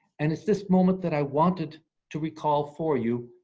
and it's this moment that i wanted to recall for you,